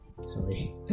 Sorry